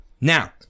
Now